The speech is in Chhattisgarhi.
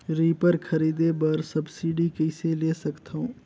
रीपर खरीदे बर सब्सिडी कइसे ले सकथव?